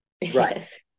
Yes